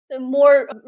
more